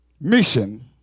mission